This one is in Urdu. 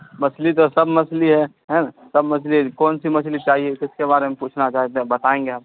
مچھلی تو سب مچھلی ہے ہیں نا سب مچھلی ہے کون سی مچھلی چاہیے کس کے بارے میں پوچھنا چاہتے ہیں بتائیں گے ہم